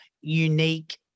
unique